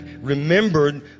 remembered